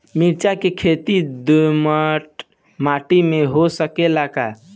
मिर्चा के खेती दोमट माटी में हो सकेला का?